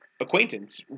acquaintance